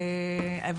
בבקשה.